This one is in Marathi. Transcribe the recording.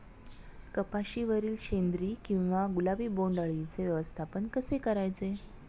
कपाशिवरील शेंदरी किंवा गुलाबी बोंडअळीचे व्यवस्थापन कसे करायचे?